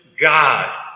God